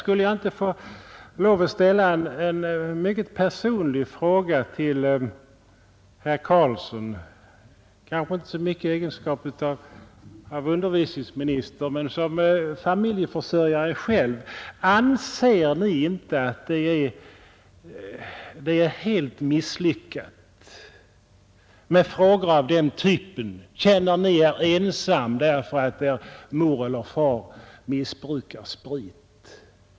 Kunde jag få ställa en mycket personlig fråga till herr Carlsson — kanske inte så mycket i hans egenskap av utbildningsminister som i hans egenskap av familjeförsörjare? Anser Ni inte att det är helt misslyckat att till en 13-åring ställa en fråga av typen: Känner ni er ensam därför att er mor eller far missbrukar sprit?